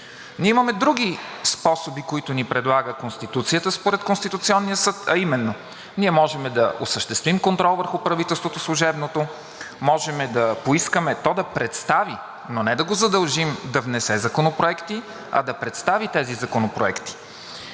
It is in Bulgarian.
Ние имаме други способи, които ни предлага Конституцията според Конституционния съд, а именно: ние можем да осъществим контрол върху служебното правителство, можем да поискаме то да представи, но не да го задължим да внесе законопроекти, а да представи тези законопроекти.